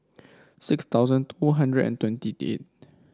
six thousand two hundred and twenty eight